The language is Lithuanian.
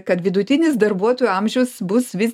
kad vidutinis darbuotojų amžius bus vis